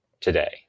today